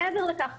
מעבר לכך,